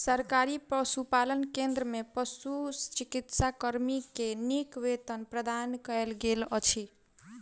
सरकारी पशुपालन केंद्र में पशुचिकित्सा कर्मी के नीक वेतन प्रदान कयल गेल अछि